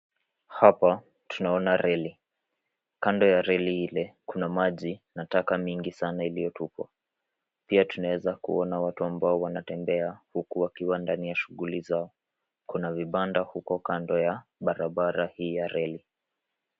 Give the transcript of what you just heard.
Hapa tunaona reli. Kando ya reli ile kuna maji na taka mingi sana iliyotupwa. Pia tunaweza kuona watu ambao wanatembea huku wakiwa ndani ya shughuli zao. Kuna vibanda huko kando ya barabara hii ya reli.